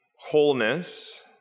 wholeness